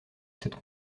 cette